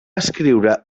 escriure